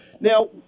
Now